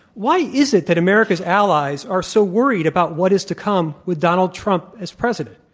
why is it that america's allies are so worried about what is to come with donald trump as president?